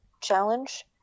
challenge